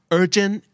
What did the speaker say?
urgent